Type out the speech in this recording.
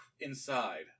inside